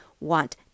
want